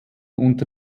unter